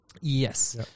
Yes